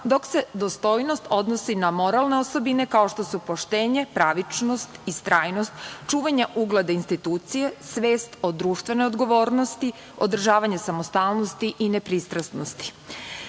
dok se dostojnost odnosi na moralne osobine, kao što su poštenje, pravičnost, istrajnost, čuvanje ugleda institucije, svest o društvenoj odgovornosti, održavanje samostalnosti i nepristrasnosti. Prilikom